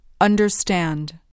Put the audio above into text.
Understand